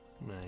Nice